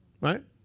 right